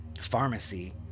pharmacy